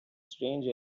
strange